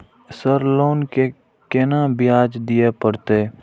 Sir loan के केना ब्याज दीये परतें?